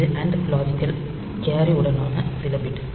இது and logical carry உடனான சில பிட்